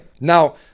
Now